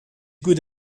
good